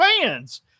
fans